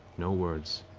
no words.